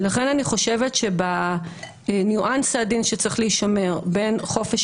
ולכן אני חושבת שבניואנס העדין שצריך להישמר בין חופש